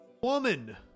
Woman